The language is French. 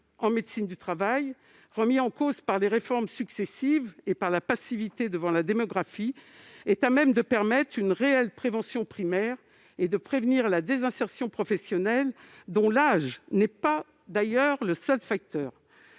en médecine du travail, remis en cause par les réformes successives et par la passivité devant la démographie médicale, est à même de permettre une réelle prévention primaire et de prévenir la désinsertion professionnelle, dont l'âge n'est d'ailleurs pas le seul facteur.